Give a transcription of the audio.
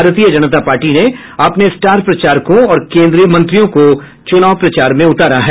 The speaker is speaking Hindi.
भारतीय जनता पार्टी ने अपने स्टार प्रचारकों और केन्द्रीय मंत्रियों को चुनाव प्रचार में उतारा है